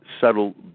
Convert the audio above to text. subtle